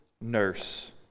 nurse